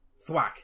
Thwack